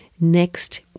next